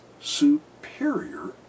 superior